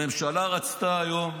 הממשלה רצתה היום,